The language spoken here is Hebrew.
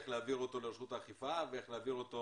איך להעביר אותו לרשות האכיפה ואיך להעביר אותו